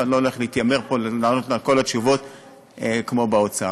ואני לא מתיימר לענות את כל התשובות כמו באוצר,